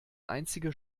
einzige